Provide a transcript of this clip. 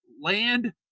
land